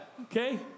okay